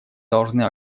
должны